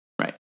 right